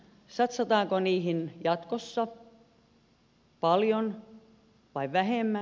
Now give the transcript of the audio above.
satsataanko niihin jatkossa paljon vai vähemmän